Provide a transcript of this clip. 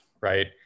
Right